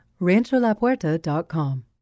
rancholapuerta.com